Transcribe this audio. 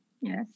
Yes